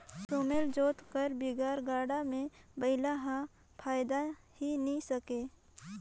सुमेला जोता कर बिगर गाड़ा मे बइला हर फदाए ही नी सके